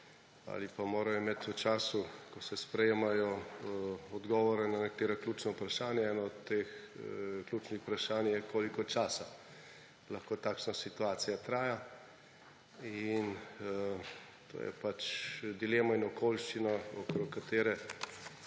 morajo imeti v času, ko se sprejemajo odgovori na nekatera ključna vprašanja, eno od teh ključnih vprašanj je, koliko časa lahko takšna situacija traja, in to je pač dilema in okoliščina, o kateri